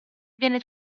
viene